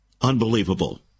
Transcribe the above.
Unbelievable